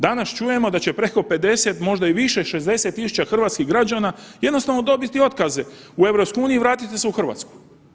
Danas čujemo da će preko 50 možda i više, 60 000 hrvatskih građana jednostavno dobiti otkaze u EU i vratiti se u RH.